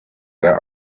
that